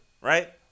right